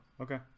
Okay